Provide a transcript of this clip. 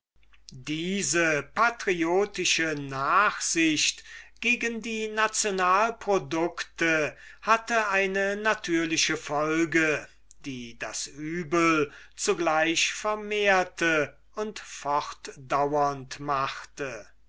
diese patriotische nachsicht gegen die nationalproducte hatte eine natürliche folge die das übel zugleich vermehrte und fortdaurend machte